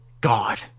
god